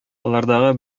алардагы